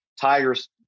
Tigers